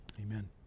Amen